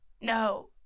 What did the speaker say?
No